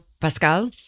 Pascal